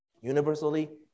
universally